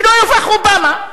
שלא יובך אובמה,